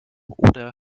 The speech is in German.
oder